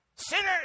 Sinners